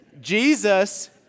Jesus